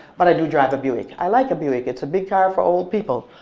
but i do drive a buick. i like a buick. it's a big car for old people,